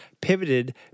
pivoted